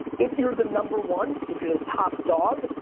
if you're the number one, if you're the top dog,